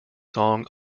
song